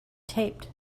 taped